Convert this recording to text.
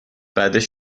بعدش